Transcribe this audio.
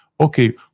okay